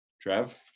Trev